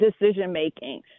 decision-making